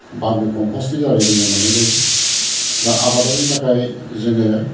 बारनि कम्पासनि दारै जोङो मोन्नाय जायो दा आबादफोरनि थाखाय जोङो